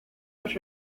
los